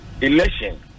election